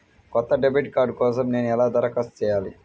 కొత్త debit card కోసం నేను ఎలా దరఖాస్తు చేయాలి?